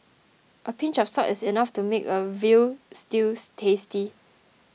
a pinch of salt is enough to make a Veal Stew tasty